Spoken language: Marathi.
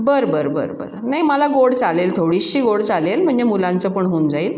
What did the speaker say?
बरं बरं बरं बरं नाही मला गोड चालेल थोडीशी गोड चालेल म्हणजे मुलांचं पण होऊन जाईल